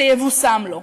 שיבושם לו.